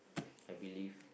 I believe